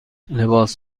لباس